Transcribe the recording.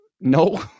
No